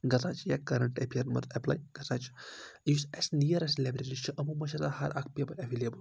گژھان چھِ یا کرنٛٹ ایفیر ایٚپلاے گژھان چھِ یُس اسہِ نیریٚسٹ لیبرری چھِ یِمَن منٛز چھِ آسان ہر اَکھ پیپَر ایویلیبٕل